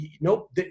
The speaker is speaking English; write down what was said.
Nope